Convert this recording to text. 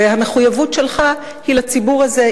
והמחויבות שלך היא לציבור הזה.